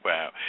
Wow